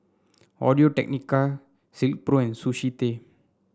Audio Technica Silkpro and Sushi Tei